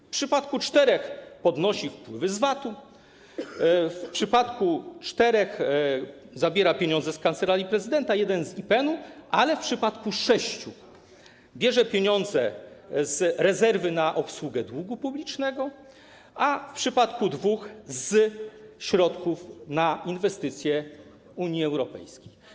W przypadku czterech podnosi wpływy z VAT-u, w przypadku czterech zabiera pieniądze z Kancelarii Prezydenta, w przypadku jednego z IPN-u, ale w przypadku sześciu bierze pieniądze z rezerwy na obsługę długu publicznego, a w przypadku dwóch z rezerwy na inwestycje środków Unii Europejskiej.